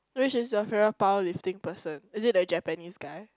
which is your favourite powerlifting person is it the Japanese guy